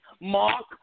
Mark